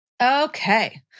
Okay